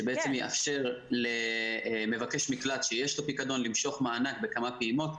שבעצם יאפשר למבקש מקלט שיש לו פיקדון למשוך מענק בכמה פעימות.